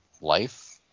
life